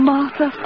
Martha